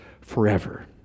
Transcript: forever